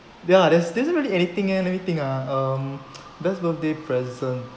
ya there's there isn't really anything eh let me think ah um best birthday present